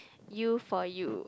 you for you